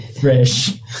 fresh